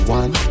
one